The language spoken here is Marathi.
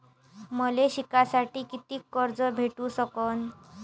मले शिकासाठी कितीक कर्ज भेटू सकन?